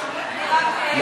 אני רק,